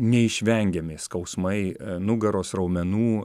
neišvengiami skausmai nugaros raumenų